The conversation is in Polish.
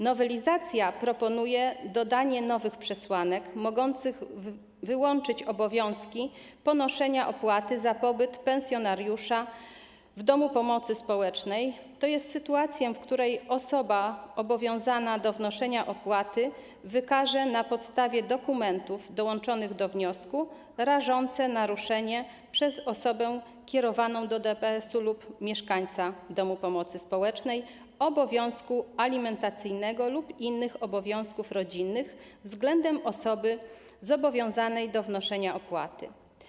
Nowelizacja proponuje dodanie nowych przesłanek mogących wyłączyć obowiązek ponoszenia opłaty za pobyt pensjonariusza w domu pomocy społecznej, tj. sytuację, w której osoba obowiązana do wnoszenia opłaty wykaże na podstawie dokumentów dołączonych do wniosku rażące naruszenie przez osobę kierowaną do DPS-u lub mieszkańca domu pomocy społecznej obowiązku alimentacyjnego lub innych obowiązków rodzinnych względem osoby zobowiązanej do wnoszenia opłaty.